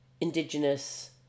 indigenous